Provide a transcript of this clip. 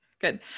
good